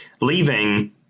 leaving